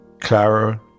Clara